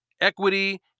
equity